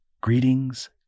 Greetings